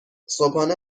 صبحانه